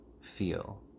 feel